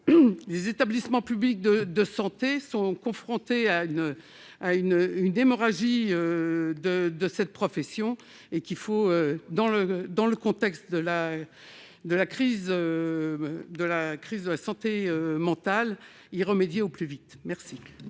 les établissements publics de santé sont confrontés à une hémorragie de cette profession et qu'il faut, dans le contexte de la présente crise de la santé mentale, y remédier au plus vite. Les